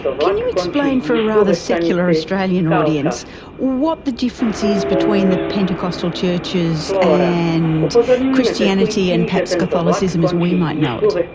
can you explain for a rather secular australian audience what the difference is between the pentecostal churches and christianity and perhaps catholicism as we might know it?